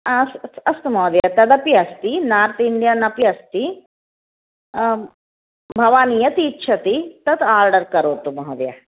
अस्तु अस्तु महोदय तदपि अस्ति नार्थ् इण्डियन् अपि अस्ति भवान् यत् इच्छति तत् आर्डर् करोतु महोदय